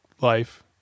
life